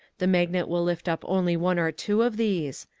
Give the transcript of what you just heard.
the magnet will lift up only one or two of these.